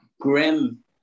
grim